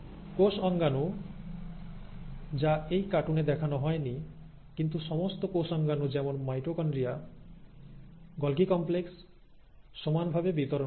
কোষ অঙ্গাণু যা এই কার্টুনে দেখানো হয়নি কিন্তু সমস্ত কোষ অঙ্গাণু যেমন মাইটোকনড্রিয়া গলগী কম্প্লেক্স সমানভাবে বিতরণ হয়েছে